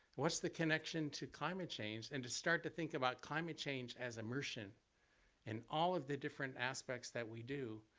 what's the connection to climate change? and to start to think about climate change as immersion in all of the different aspects that we do.